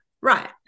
right